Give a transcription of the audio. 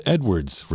Edwards